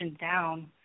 down